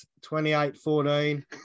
28-14